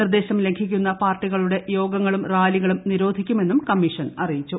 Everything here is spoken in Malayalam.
നിർദ്ദേശം ലംഘിക്കുന്ന പാർട്ടികളുടെ യോഗങ്ങളും റാലികളും നിരോധിക്കുമെന്നും കമ്മീഷൻ അറിയിച്ചു